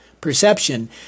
perception